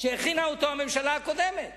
שהכינה הממשלה הקודמת.